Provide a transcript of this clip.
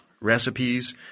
recipes